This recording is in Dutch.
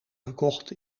gekocht